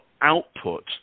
output